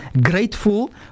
grateful